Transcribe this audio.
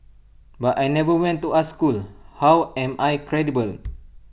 but I never went to art school how am I credible